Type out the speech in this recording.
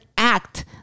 act